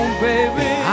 baby